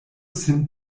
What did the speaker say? sin